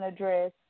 address